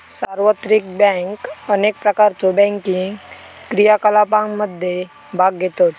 सार्वत्रिक बँक अनेक प्रकारच्यो बँकिंग क्रियाकलापांमध्ये भाग घेतत